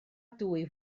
dwy